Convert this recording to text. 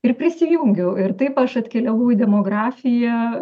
ir prisijungiau ir taip aš atkeliavau į demografiją